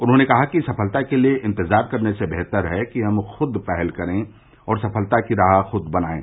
उन्होंने कहा कि सफलता के लिए इंतजार करने से बेहतर है कि हम खुद पहल करे और सफलता की राह खुद बनाये